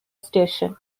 station